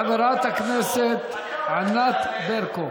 תעלה חברת הכנסת ענת ברקו.